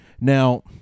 now